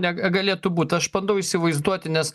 neg galėtų būt aš bandau įsivaizduoti nes